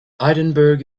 edinburgh